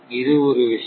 இது ஒரு விஷயம்